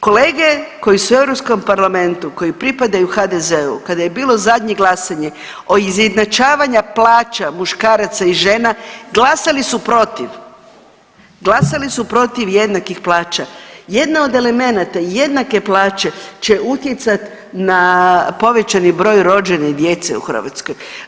Kolege koji su u Europskom parlamentu koji pripadaju HDZ-u kada je bilo zadnje glasanje o izjednačavanju plaća muškaraca i žena glasali su protiv, glasali su protiv jednakih plaća, jedna od elemenata je jednake plaće će utjecat na povećani broj rođene djece u Hrvatskoj.